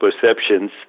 perceptions